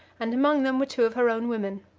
and among them were two of her own women.